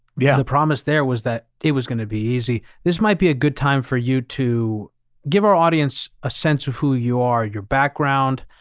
yeah. the promise there was that it was going to be easy. this might be a good time for you to give our audience a sense of who you are, your background,